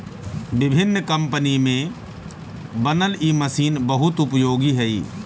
विभिन्न कम्पनी में बनल इ मशीन बहुत उपयोगी हई